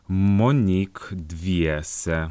monyk dviese